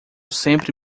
sempre